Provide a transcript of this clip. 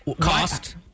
Cost